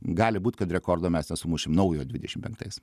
gali būt kad rekordo mes nesumušim naujo dvidešim penktais